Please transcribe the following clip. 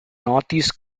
northeast